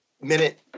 minute